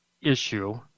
issue